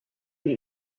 die